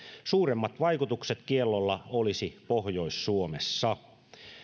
suurimmat vaikutukset kiellolla olisi pohjois suomessa